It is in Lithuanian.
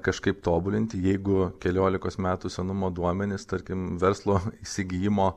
kažkaip tobulinti jeigu keliolikos metų senumo duomenys tarkim verslo įsigijimo